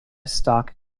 stock